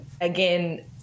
again